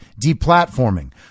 deplatforming